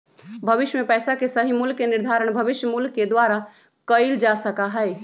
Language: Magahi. भविष्य में पैसा के सही मूल्य के निर्धारण भविष्य मूल्य के द्वारा कइल जा सका हई